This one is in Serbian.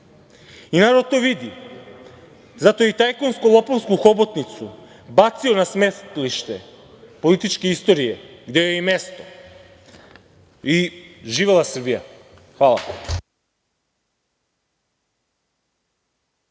Narod to vidi, zato je tajkunsko, lopovsku hobotnicu bacio na smetlište političke istorije gde joj je i mesto. Živela Srbija. Hvala